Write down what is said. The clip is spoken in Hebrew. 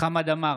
חמד עמאר,